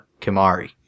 Kimari